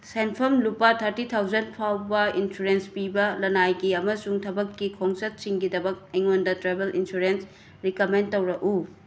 ꯁꯦꯟꯐꯝ ꯂꯨꯄꯥ ꯊꯥꯔꯇꯤ ꯊꯥꯎꯖꯟ ꯐꯥꯎꯕ ꯏꯟꯁꯨꯔꯦꯟꯁ ꯄꯤꯕ ꯂꯟꯅꯥꯏꯒꯤ ꯑꯃꯁꯨꯡ ꯊꯕꯛꯀꯤ ꯈꯣꯡꯆꯠꯁꯤꯡꯒꯤꯗꯃꯛ ꯑꯩꯉꯣꯟꯗ ꯇ꯭ꯔꯥꯚꯦꯜ ꯏꯟꯁꯨꯔꯦꯟꯁ ꯔꯤꯀꯃꯦꯟ ꯇꯧꯔꯛꯎ